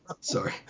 Sorry